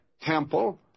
temple